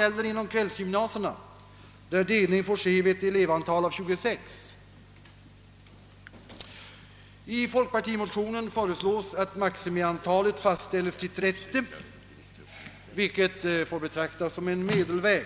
gäller inom kvällsgymnasierna, där delning får ske vid ett elevantal av 26. I folkpartimotionen föreslås att maximiantalet fastställes till 30, vilket får betraktas som en medelväg.